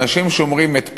אנשים שומרים את פסח,